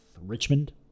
Richmond